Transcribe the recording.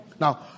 Now